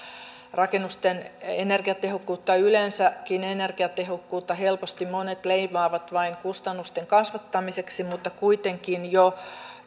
rakennusten energiatehokkuutta ja yleensäkin energiatehokkuutta helposti monet leimaavat vain kustannusten kasvattamiseksi mutta kuitenkin jo